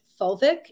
fulvic